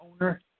owner